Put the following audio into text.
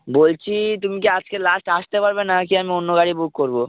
বলছি তুমি কি আজকে লাস্ট আসতে পারবে নাকি আমি অন্য গাড়ি বুক করবো